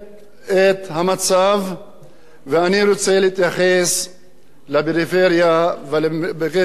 ואני רוצה להתייחס לפריפריה ולמגזר הלא-יהודי.